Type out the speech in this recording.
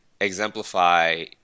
exemplify